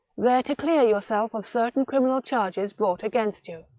there to clear yourself of certain criminal charges brought against you.